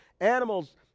animals